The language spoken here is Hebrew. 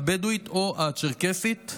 הבדואית או הצ'רקסית.